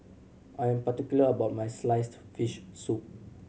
I am particular about my sliced fish soup